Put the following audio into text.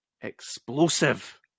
explosive